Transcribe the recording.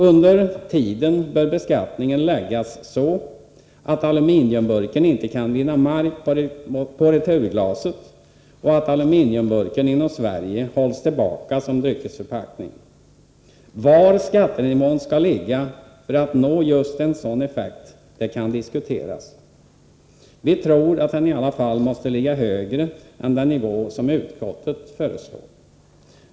Under tiden bör beskattningen läggas så att aluminiumburken inte kan vinna mark från returglaset och att aluminiumburken inom Sverige hålls tillbaka som dryckesförpackning. Var skattenivån skall ligga för att nå just en sådan effekt kan diskuteras. Vi tror att den i alla fall måste ligga högre än den nivå som utskottet föreslår.